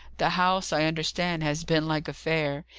the house, i understand, has been like a fair.